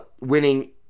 winning